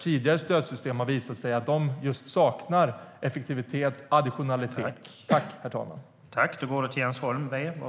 Tidigare stödsystem har ju visat sig sakna effektivitet och additionalitet.